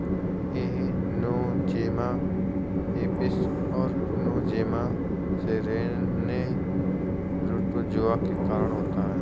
यह Nosema apis और Nosema ceranae protozoa के कारण होता है